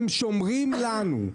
ושומרים עלינו.